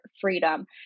Freedom